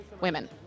women